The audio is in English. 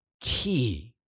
key